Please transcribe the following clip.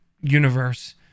universe